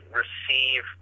receive